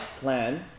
plan